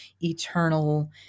eternal